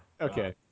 Okay